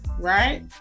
Right